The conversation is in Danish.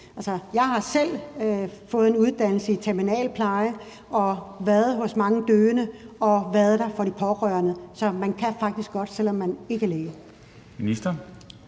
jeg har selv fået en uddannelse i terminal pleje og været hos mange døende og været der for de pårørende. Så man kan sagtens, selv om man ikke er læge.